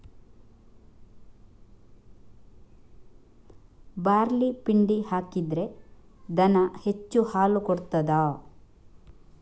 Barley ಪಿಂಡಿ ಹಾಕಿದ್ರೆ ದನ ಹೆಚ್ಚು ಹಾಲು ಕೊಡ್ತಾದ?